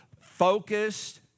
focused